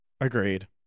Agreed